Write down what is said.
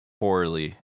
poorly